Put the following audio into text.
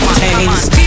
taste